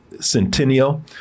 Centennial